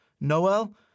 Noel